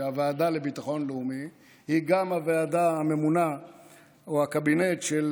שהוועדה לביטחון לאומי היא גם הוועדה הממונה או הקבינט של